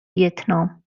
ویتنام